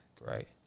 great